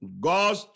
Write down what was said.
God